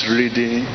reading